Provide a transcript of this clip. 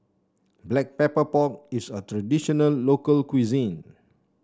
Black Pepper Pork is a traditional local cuisine